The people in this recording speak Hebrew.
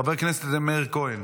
חבר הכנסת מאיר כהן.